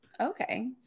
okay